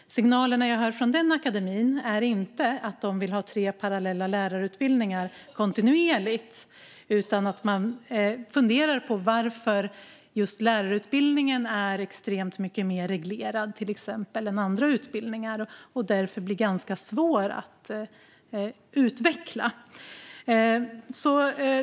Signalerna som jag hör från den akademin är inte att de vill ha tre parallella lärarutbildningar kontinuerligt utan att de funderar på varför just lärarutbildningen till exempel är extremt mycket mer reglerad än andra utbildningar och därför blir ganska svår att utveckla.